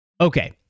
Okay